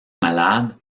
malade